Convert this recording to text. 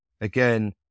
again